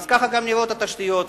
ככה נראות גם התשתיות,